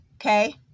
Okay